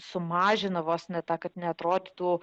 sumažina vos ne tą kad neatrodytų